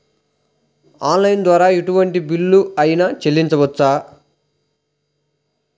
Online ద్వారా ఎటువంటి bill అయినా చెల్లించవచ్చా?